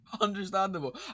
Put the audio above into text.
Understandable